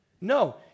No